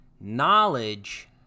knowledge